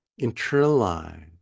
internalize